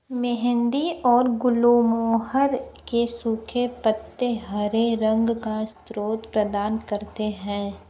मेहंदी और गुलमोहर के सूखे पत्ते हरे रंग का स्रोत प्रदान करते हैं